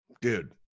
Dude